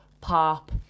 pop